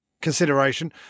consideration